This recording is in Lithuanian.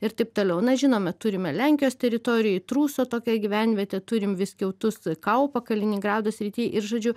ir taip toliau na žinoma turime lenkijos teritorijoj truso tokią gyvenvietę turim viskiautus tai kaupa kaliningrado srity ir žodžiu